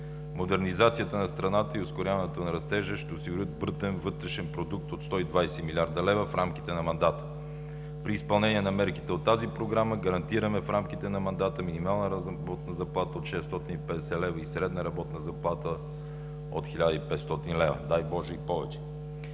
Модернизацията на страната и ускоряването на растежа ще осигурят брутен вътрешен продукт от 120 млрд. лв. в рамките на мандата. При изпълнение на мерките от тази Програма гарантираме в рамките на мандата минимална работна заплата от 650 лв. и средна работна заплата от 1500 лв. – дай Боже, и повече.